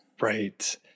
Right